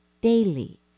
daily